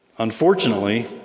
Unfortunately